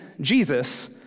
Jesus